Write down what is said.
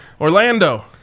Orlando